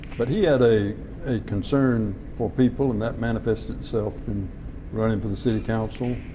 but he had a a concern for people and that manifested itself in running for the city council.